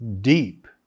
deep